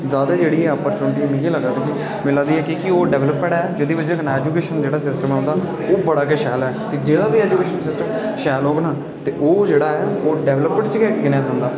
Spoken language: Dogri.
जादा जेह्ड़ी ऐ अपर्च्युनिटी मिगी लगदा ओह् मिला दी ऐ ओह् डेवल्पड ऐ जेह्दी बजह् कन्नै उं'दा ऐजुकेशन सिस्टम ऐ ओह् बड़ा गै शैल ऐ जेह्दा बी ऐजुकेशन सिस्टम शैल होग ना ते ओह् ऐ डेवल्पड च गै गिना जंदा